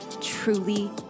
truly